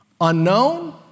unknown